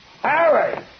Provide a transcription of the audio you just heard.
Harry